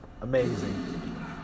amazing